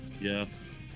Yes